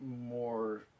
more